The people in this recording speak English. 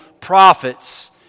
prophets